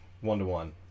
One-to-one